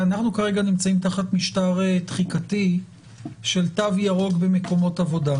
אנחנו כרגע נמצאים תחת משטר תחיקתי של תו ירוק במקומות עבודה,